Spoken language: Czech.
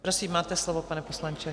Prosím, máte slovo, pane poslanče.